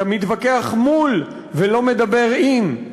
אתה מתווכח מול ולא מדבר עם.